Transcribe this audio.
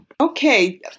Okay